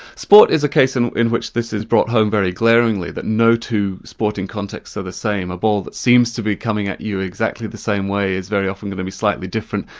sport is a case and in which this is brought home very glaringly, that no two sporting contexts are the same. a ball that seems to be coming at you exactly the same way is very often going to be slightly different.